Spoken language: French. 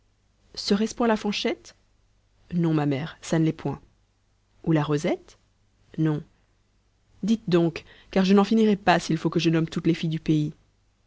point la fanchette non ma mère ça ne l'est point ou la rosette non dites donc car je n'en finirai pas s'il faut que je nomme toutes les filles du pays